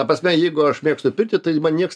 ta prasme jeigu aš mėgstu pirtį tai man niekas